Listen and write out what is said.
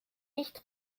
nicht